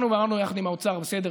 באנו ואמרנו יחד עם האוצר: בסדר,